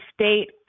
state